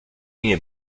linee